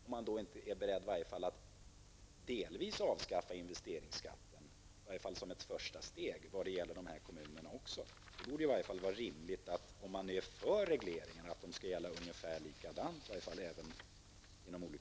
Är man då inte beredd att delvis avskaffa investeringsskatten -- i varje fall som ett första steg när det gäller de här kommunerna? Är man för regleringar borde de gälla ungefär likadant överallt.